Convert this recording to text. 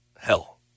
hell